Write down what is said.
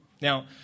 Now